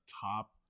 top